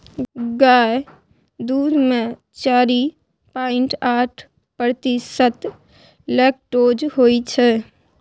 गाय दुध मे चारि पांइट आठ प्रतिशत लेक्टोज होइ छै